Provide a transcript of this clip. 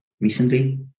recently